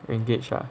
engaged ah